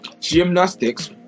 Gymnastics